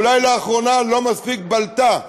אולי לאחרונה היא לא מספיק בלטה בנכונות,